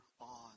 on